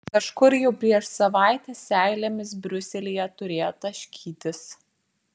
kažkur jau prieš savaitę seilėmis briuselyje turėjo taškytis